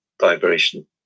vibration